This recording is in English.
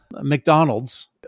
McDonald's